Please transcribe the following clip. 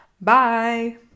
Bye